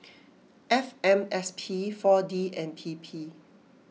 F M S P four D and P P